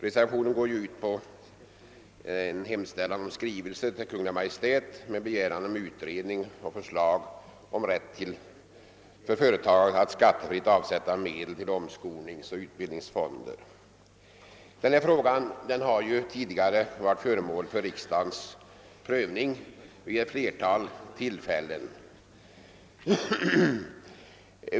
Reservationens hemställan går ju ut på en skrivelse till Kungl. Maj:t med begäran om utredning och förslag om rätt för företag att skattefritt avsätta medel till omskolningsoch utbildningsfonder. Denna fråga har tidigare varit föremål för riksdagens prövning vid ett flertal tillfällen.